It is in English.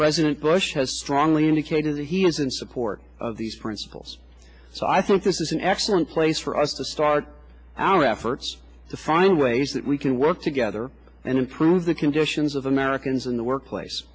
president bush has strongly indicated that he is in support of these principles so i think this is an excellent place for us to start our efforts to find ways that we can work together and improve the conditions of americans in the workplace